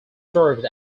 served